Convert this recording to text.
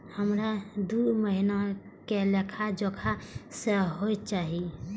हमरा दूय महीना के लेखा जोखा सेहो चाही